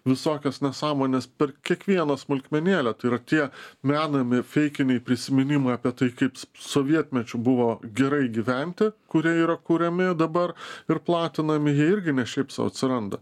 visokias nesąmones per kiekvieną smulkmenėlę tai yra tie menami feikiniai prisiminimai apie tai kaip sovietmečiu buvo gerai gyventi kurie yra kuriami dabar ir platinami jie irgi ne šiaip sau atsiranda